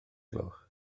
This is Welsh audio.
gloch